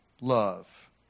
love